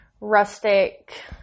rustic